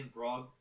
Brog